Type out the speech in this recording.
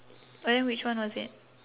and then which one was it